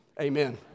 amen